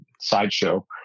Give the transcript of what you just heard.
sideshow